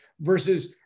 versus